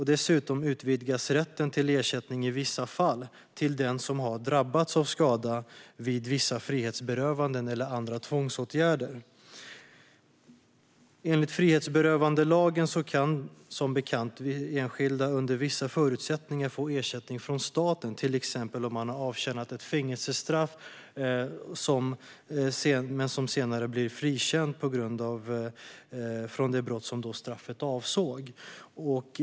Dessutom utvidgas rätten till ersättning i vissa fall till den som har drabbats av skada vid vissa frihetsberövanden eller andra tvångsåtgärder. Enligt frihetsberövandelagen kan, som bekant, enskilda under vissa förutsättningar få ersättning från staten, till exempel när någon har avtjänat ett fängelsestraff men senare blir frikänd från det brott som straffet avsåg.